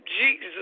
Jesus